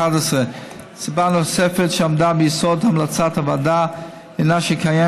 סיבה נוספת שעמדה ביסוד המלצת הוועדה הינה שקיים